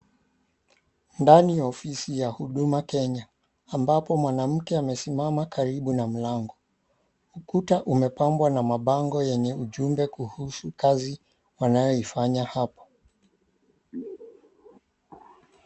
Ndani ya ofisi ya huduma Kenya ambapo mwanamke amesimama karibu na mlango. Ukuta umepambwa na mabango yeneye ujumbe kuhusu kazi wanayoifanya hapo.